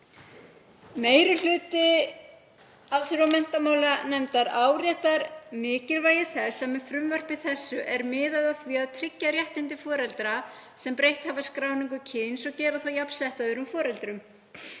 Meiri hluti allsherjar- og menntamálanefndar áréttar mikilvægi þess að með frumvarpi þessu er miðað að því að tryggja réttindi foreldra sem breytt hafa skráningu kyns og gera þá jafnsetta öðrum foreldrum.